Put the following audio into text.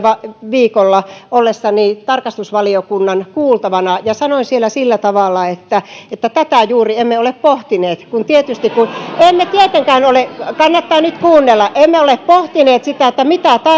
viikolla ollessani tarkastusvaliokunnan kuultavana sanoin siellä sillä tavalla että tätä juuri emme ole pohtineet emme tietenkään ole kannattaa nyt kuunnella emme ole pohtineet sitä mitä